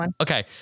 okay